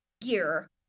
gear